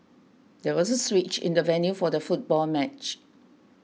there was a switch in the venue for the football match